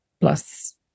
plus